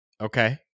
Okay